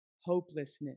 hopelessness